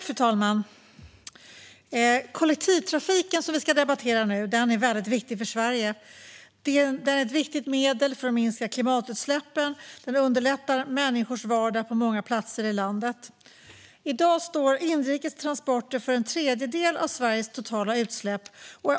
Fru talman! Kollektivtrafiken, som vi ska debattera nu, är viktig för Sverige. Den är ett viktigt medel för att minska klimatutsläppen och underlättar människors vardag på många platser i landet. I dag står inrikes transporter för en tredjedel av Sveriges totala utsläpp.